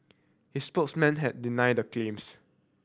his spokesmen have denied the claims